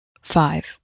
five